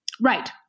Right